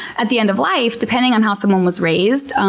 at the end of life, depending on how someone was raised,